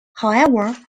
however